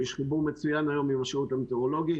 ויש חיבור מצוין היום עם השירות המטאורולוגי,